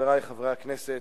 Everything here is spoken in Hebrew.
חברי חברי הכנסת,